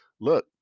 look